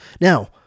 Now